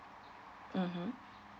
mmhmm